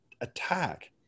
attack